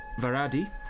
Varadi